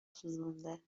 سوزونده